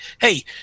hey